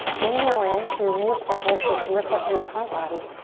inhale in to reestablish this lift up through the front body.